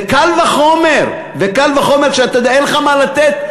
וקל וחומר שאין לך מה לתת,